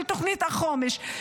של תוכנית החומש,